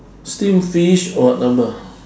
steam fish or whatever